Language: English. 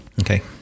Okay